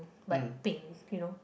but peng you know